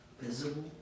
Visible